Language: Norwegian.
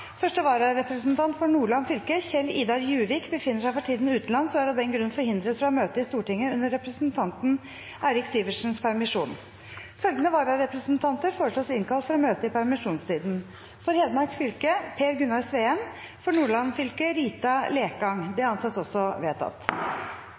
Første vararepresentant for Nordland fylke, Kjell-Idar Juvik , befinner seg for tiden utenlands og er av den grunn forhindret fra å møte i Stortinget under representanten Eirik Sivertsens permisjon. Følgende vararepresentanter foreslås innkalt for å møte i permisjonstiden: For Hedmark fylke: Per Gunnar Sveen For Nordland fylke: Rita Lekang – Det